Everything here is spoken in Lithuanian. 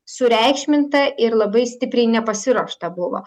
sureikšminta ir labai stipriai nepasiruošta buvo